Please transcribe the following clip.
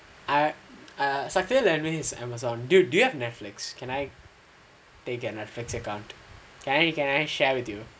Amazon dude do you have Netflix can I take your Netflix account can I share with you